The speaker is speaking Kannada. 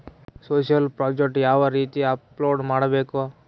ಸೋಶಿಯಲ್ ಪ್ರಾಜೆಕ್ಟ್ ಯಾವ ರೇತಿ ಅಪ್ಲೈ ಮಾಡಬೇಕು?